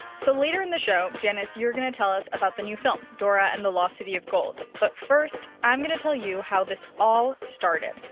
so later in the show, janice, you're going to tell us about the new film dora and the lost city of gold. but first, i'm going to tell you how this all started.